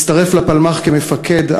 הצטרף לפלמ"ח ושירת כמפקד,